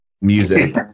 music